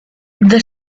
the